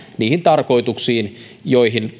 niihin tarkoituksiin joihin